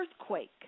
earthquake